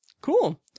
Cool